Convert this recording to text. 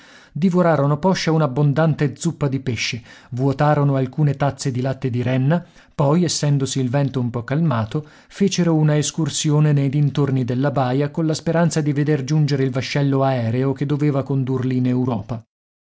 divorarono poscia un'abbondante zuppa di pesce vuotarono alcune tazze di latte di renna poi essendosi il vento un po calmato fecero una escursione nei dintorni della baia colla speranza di veder giungere il vascello aereo che doveva condurli in europa